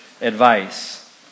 advice